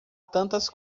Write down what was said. tantas